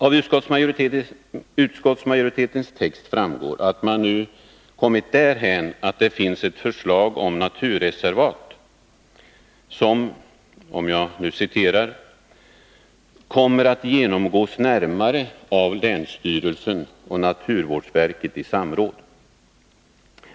Av utskottsmajoritetens text framgår att man nu har kommit därhän att det finns ett förslag om naturreservat, som ”kommer att genomgås närmare av länsstyrelsen och naturvårdsverket i samråd”.